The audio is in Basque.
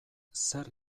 zer